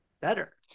better